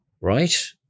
Right